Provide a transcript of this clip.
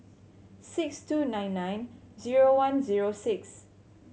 six two nine nine zero one zero six